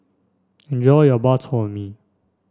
enjoy your Bak Chor Mee